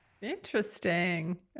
Interesting